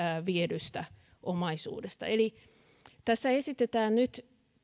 viedystä omaisuudesta eli tässä esitetään nyt